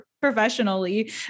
professionally